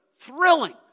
thrilling